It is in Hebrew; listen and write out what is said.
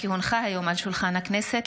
כי הונחה היום על שולחן הכנסת,